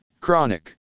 chronic